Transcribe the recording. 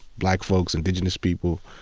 black folks, indigenous people.